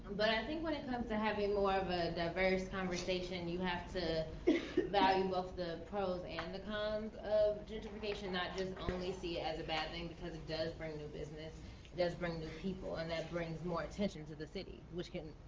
but i think when it comes to having more of a diverse conversation, you have to value both the pros and the cons of gentrification, not just only see it as a bad thing, because it does bring new business. it does bring new people and that brings more attention to the city which can,